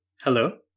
Hello